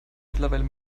mittlerweile